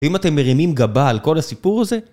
אם אתם מרימים גבה על כל הסיפור הזה?